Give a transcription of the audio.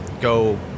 go